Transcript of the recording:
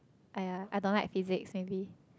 !aiya! I don't like physics maybe